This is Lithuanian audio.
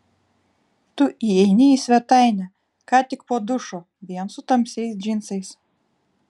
tu įeini į svetainę ką tik po dušo vien su tamsiais džinsais